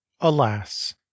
Alas